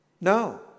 No